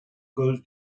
cause